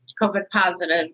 COVID-positive